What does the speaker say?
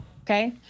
okay